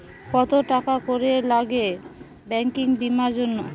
কত টাকা করে লাগে ব্যাঙ্কিং বিমার জন্য?